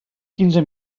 quinze